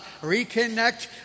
reconnect